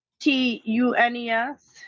T-U-N-E-S